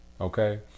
Okay